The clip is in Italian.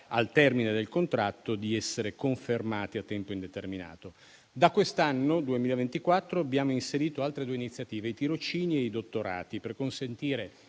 al termine del contratto, di essere confermati a tempo indeterminato. Da quest'anno, il 2024, abbiamo inserito altre due iniziative, i tirocini e i dottorati, per consentire